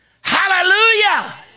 Hallelujah